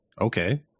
okay